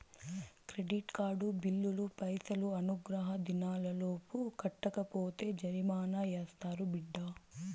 credit card బిల్లులు పైసలు అనుగ్రహ దినాలలోపు కట్టకపోతే జరిమానా యాస్తారు బిడ్డా